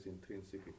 intrinsic